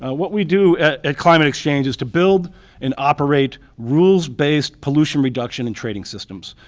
ah what we do at at climate exchange is to build and operate rules-based pollution reduction and trading systems.